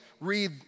read